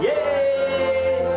Yay